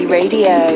Radio